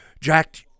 Jack